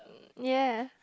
ya